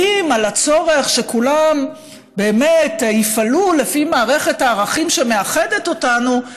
על הצורך שכולם באמת יפעלו לפי מערכת הערכים שמאחדת אותנו,